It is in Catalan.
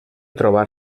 trobar